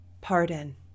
pardon